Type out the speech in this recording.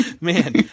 Man